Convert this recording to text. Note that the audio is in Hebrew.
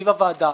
בוועדה,